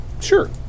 Sure